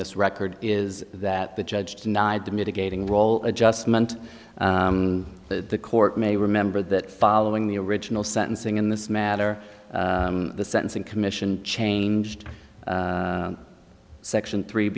this record is that the judge denied the mitigating role adjustment the court may remember that following the original sentencing in this matter the sentencing commission changed section three